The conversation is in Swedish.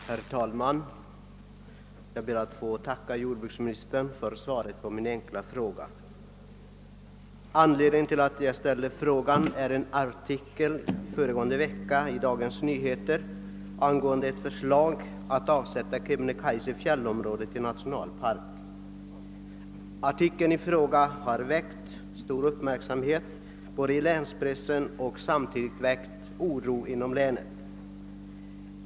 Herr talman! Jag ber att få tacka jordbruksministern för svaret på min fråga. Anledningen till att jag ställde den var en artikel förra veckan i Dagens Nyheter angående ett förslag att avsätta Kebnekaise fjällområde till nationalpark. Artikeln i fråga har väckt stor uppmärksamhet i länspressen och oro inom länet.